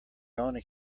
only